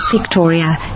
Victoria